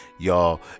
Y'all